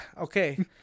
okay